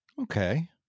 Okay